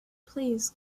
please